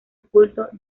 culto